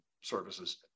services